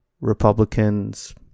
Republicans